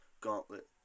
gauntlet